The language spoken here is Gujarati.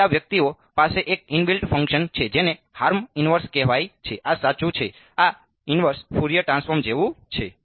તેથી આ વ્યક્તિઓ પાસે એક ઇનબિલ્ટ ફંક્શન છે જેને હાર્મ ઇન્વર્સ કહેવાય છે આ સાચું છે આ ઇન્વર્સ ફોરિયર ટ્રાન્સફોર્મ્સ જેવું છે